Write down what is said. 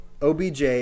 OBJ